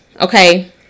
okay